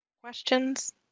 questions